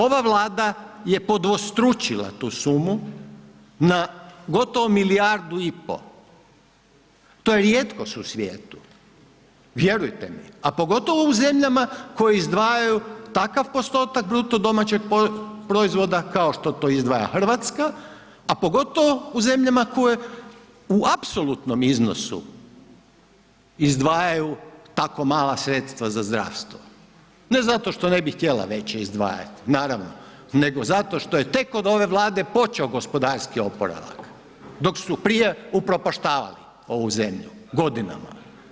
Ova Vlada je podvostručila tu sumu na gotovo milijardu i pol, to je rijetkost u svijetu, vjerujte mi, a pogotovo u zemljama koji izdvajaju takav postotak BDP-a kao što to izdvaja RH, a pogotovo u zemljama koje u apsolutnom iznosu izdvajaju tako mala sredstva za zdravstvo, ne zato što ne bi htjela veća izdvajat naravno, nego zato što je tek od ove Vlade počeo gospodarski oporavak dok su prije upropaštavali ovu zemlju godinama.